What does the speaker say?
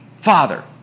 father